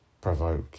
provoke